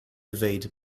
evade